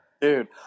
dude